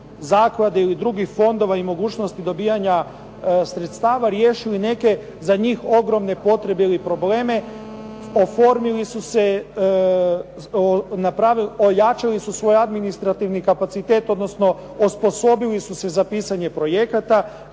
zaklada ili drugih fondova i mogućnosti dobivanja sredstava riješili neke za njih ogromne potrebe ili probleme, oformili su se, ojačali su svoj administrativni kapacitet odnosno osposobili su se za pisanje projekata,